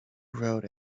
road